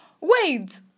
Wait